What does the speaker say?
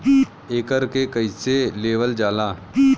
एकरके कईसे लेवल जाला?